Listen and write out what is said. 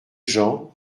jean